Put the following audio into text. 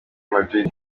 madrid